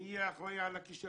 מי יהיה אחראי על הכישלון?